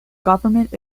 government